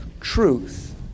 truth